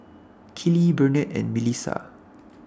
Keely Burnett and Milissa